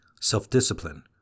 self-discipline